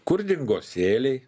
kur dingo sėliai